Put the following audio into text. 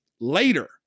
later